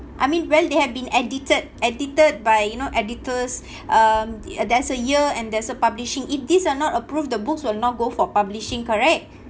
I mean well they have been edited edited by you know editors um th~ there's a year and there's a publishing if these are not approved the books will not go for publishing correct